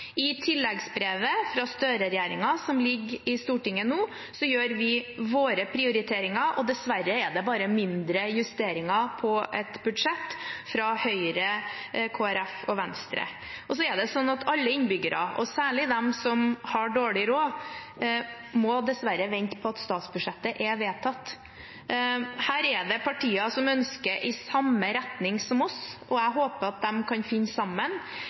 i de kommende budsjettene. I tilleggsnummeret fra Støre-regjeringen, som ligger i Stortinget nå, gjør vi våre prioriteringer. Dessverre er det bare mindre justeringer på et budsjett fra Høyre, Kristelig Folkeparti og Venstre. Så er det sånn at alle innbyggere, særlig de som har dårlig råd, dessverre må vente til statsbudsjettet er vedtatt. Her er det partier som ønsker å dra i samme retning som oss, og jeg håper at de kan finne sammen.